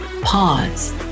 Pause